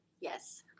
Yes